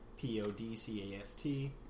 p-o-d-c-a-s-t